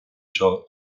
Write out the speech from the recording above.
seo